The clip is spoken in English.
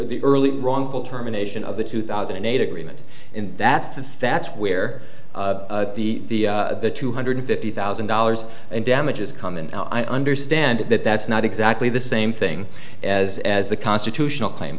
the earlier wrongful termination of the two thousand and eight agreement and that's the that's where the two hundred fifty thousand dollars in damages come in i understand that that's not exactly the same thing as as the constitutional claim